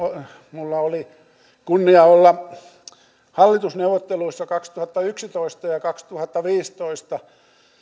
minulla oli kunnia olla hallitusneuvotteluissa kaksituhattayksitoista ja ja kaksituhattaviisitoista